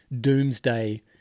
doomsday